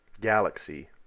galaxy